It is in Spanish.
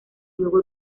luego